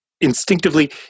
instinctively